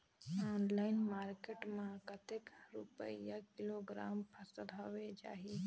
Online market मां कतेक रुपिया किलोग्राम फसल हवे जाही?